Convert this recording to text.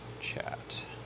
chat